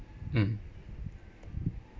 mm